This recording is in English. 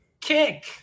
Kick